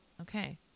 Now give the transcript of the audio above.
Okay